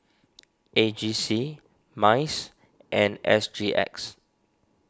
A G C Minds and S G X